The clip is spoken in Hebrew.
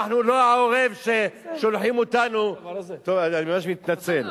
אנחנו לא העורב, ששולחים אותנו, אני ממש מתנצל.